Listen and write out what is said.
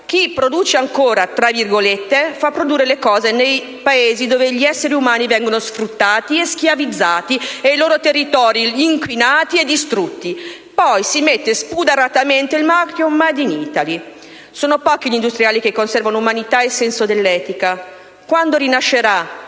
Chi "produce ancora", lo fa nei Paesi dove gli esseri umani vengono sfruttati e schiavizzati e i loro territori inquinati e distrutti, poi si mette spudoratamente il marchio *made in Italy.* Sono pochi gli industriali che conservano umanità e senso dell'etica. Quando rinascerà